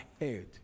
ahead